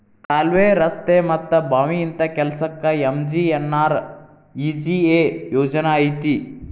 ಕಾಲ್ವೆ, ರಸ್ತೆ ಮತ್ತ ಬಾವಿ ಇಂತ ಕೆಲ್ಸಕ್ಕ ಎಂ.ಜಿ.ಎನ್.ಆರ್.ಇ.ಜಿ.ಎ ಯೋಜನಾ ಐತಿ